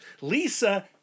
Lisa